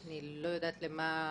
אני לא יודעת למה